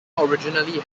originally